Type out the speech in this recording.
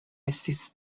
estis